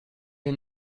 den